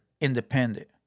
independent